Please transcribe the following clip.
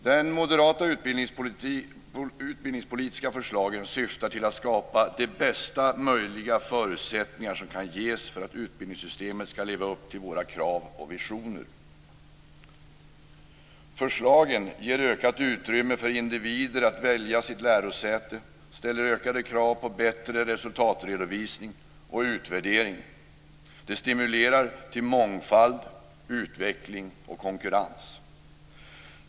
De moderata utbildningspolitiska förslagen syftar till att skapa de bästa möjliga förutsättningar som kan ges för att utbildningssystemet ska leva upp till våra krav och visioner. Förslagen ger ökat utrymme för individer att välja sitt lärosäte, ställer ökade krav på bättre resultatredovisning och utvärdering. De stimulerar till mångfald, utveckling och konkurrens.